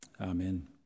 Amen